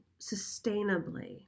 sustainably